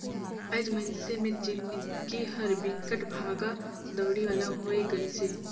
आएज मइनसे मे जिनगी हर बिकट भागा दउड़ी वाला होये गइसे